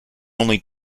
only